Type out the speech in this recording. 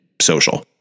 social